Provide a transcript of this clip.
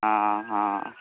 हँ हँ